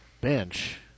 bench